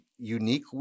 Unique